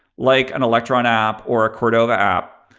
like an electron app or a cordova app.